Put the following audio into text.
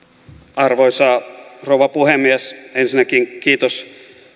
arvoisa rouva puhemies ensinnäkin kiitos